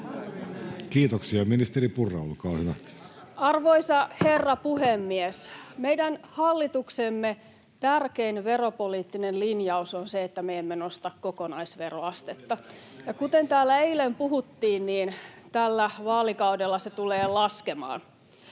Kiitoksia. — Ministeri Purra, olkaa hyvä. Arvoisa herra puhemies! Meidän hallituksemme tärkein veropoliittinen linjaus on se, että me emme nosta kokonaisveroastetta, ja kuten täällä eilen puhuttiin, tällä vaalikaudella se tulee laskemaan.